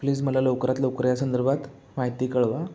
please मला लवकरात लवकर या संदर्भात माहिती कळवा